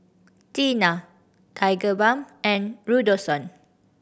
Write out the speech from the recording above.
Tena Tigerbalm and Redoxon